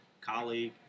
colleague